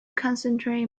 concentrate